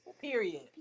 Period